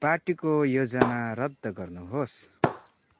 पार्टीको योजना रद्द गर्नुहोस्